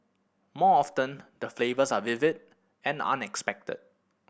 more often the flavours are vivid and unexpected